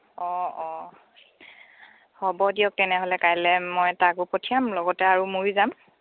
অঁ অঁ হ'ব দিয়ক তেনেহ'লে কাইলৈ মই তাকো পঠিয়াম লগতে আৰু মইও যাম